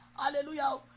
Hallelujah